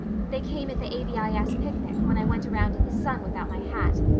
they came at the a v i s. picnic, when i went around in the sun without my hat.